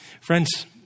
Friends